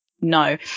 no